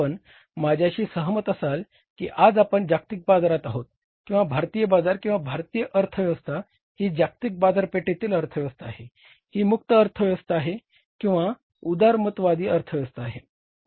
आपण माझ्याशी सहमत असाल की आज आपण जागतिक बाजारात आहोत किंवा भारतीय बाजार किंवा भारतीय अर्थव्यवस्था ही जागतिक बाजारपेठतील अर्थव्यवस्था आहे ही मुक्त अर्थव्यवस्था आहे किंवा उदारमतवादी अर्थव्यवस्था आहे